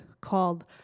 called